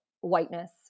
whiteness